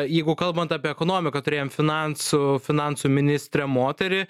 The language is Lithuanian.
jeigu kalbant apie ekonomiką turėjom finansų finansų ministrę moterį